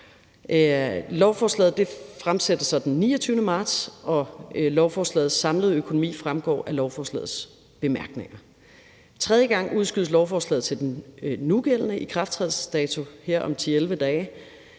Lovforslaget fremsættes så den 29. marts, og lovforslagets samlede økonomi fremgår af lovforslagets bemærkninger. Kl. 11:08 Tredje gang udskydes lovforslaget til den nugældende ikrafttrædelsesdato her om 10-11 dage,